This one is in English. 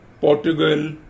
Portugal